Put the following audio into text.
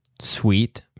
Sweet